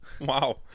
Wow